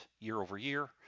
year-over-year